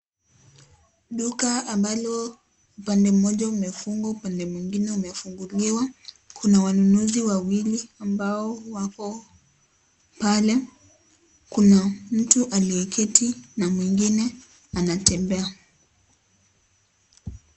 Duka ambalo upande mmoja umefungwa ,upande mwingine umefunguliwa, kuna wanunuzi wawili ambao wako pale. Kuna mtu aliyeketi na mwingine anatembea.